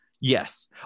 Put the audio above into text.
Yes